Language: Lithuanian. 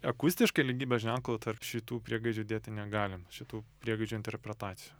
akustiškai lygybės ženklo tarp šitų priegaidžių dėti negalima šitų priegaidžių interpretacijų